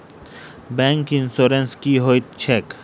Bank insurance की होइत छैक?